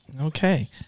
Okay